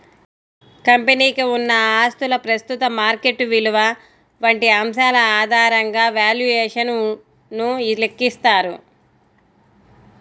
కంపెనీకి ఉన్న ఆస్తుల ప్రస్తుత మార్కెట్ విలువ వంటి అంశాల ఆధారంగా వాల్యుయేషన్ ను లెక్కిస్తారు